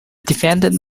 defendant